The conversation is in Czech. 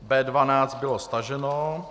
B12 bylo staženo.